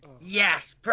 Yes